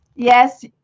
Yes